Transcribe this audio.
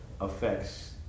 affects